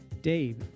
Dave